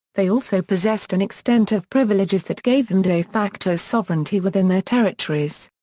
they also possessed an extent of privileges that gave them de facto sovereignty within their territories.